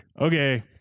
okay